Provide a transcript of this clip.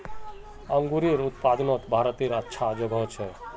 अन्गूरेर उत्पादनोत भारतेर अच्छा जोगोह छे